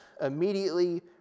immediately